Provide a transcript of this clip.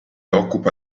occupa